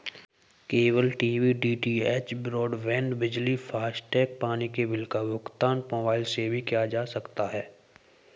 cable TV DTH, broadband, बिजली, FASTag, पानी के बिल का भुगतान मोबाइल से भी किया जा सकता है